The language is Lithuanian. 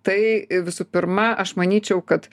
tai visų pirma aš manyčiau kad